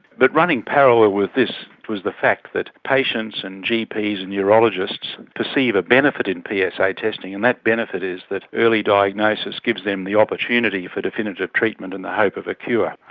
but running parallel with this was the fact that patients and gps and neurologists perceive a benefit in psa ah testing, and that benefit is that early diagnosis gives them the opportunity for definitive treatment and the hope of a cure.